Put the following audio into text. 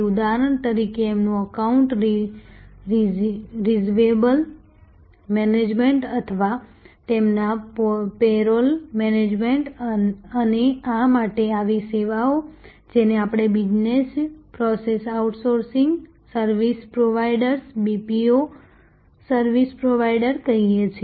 ઉદાહરણ તરીકે તેમનું એકાઉન્ટ રિસિવેબલ મેનેજમેન્ટ અથવા તેમના પેરોલ મેનેજમેન્ટ અને આ માટે આવી સેવાઓ જેને આપણે business process outsourcing service providers BPO service provider કહીએ છીએ